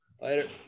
Later